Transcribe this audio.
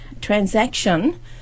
transaction